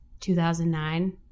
2009